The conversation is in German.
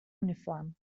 uniform